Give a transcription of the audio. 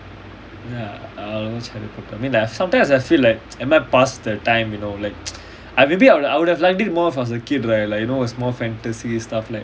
ya err I watch harry potter I mean like sometimes I feel like am I past the time you know like maybe I I would have liked it more if I was a kid right like you know it's more fantasy stuff like